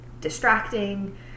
distracting